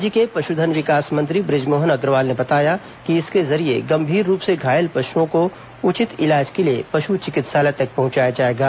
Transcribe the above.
राज्य के पशुधन विकास मंत्री ब्रजमोहन अग्रवाल ने बताया कि इसके जरिये गंभीर रूप से घायल पशुओं को उचित इलाज के लिए पश् चिकित्सालय तक पहंचाया जाएगा